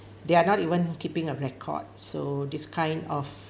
they're not even keeping a record so this kind of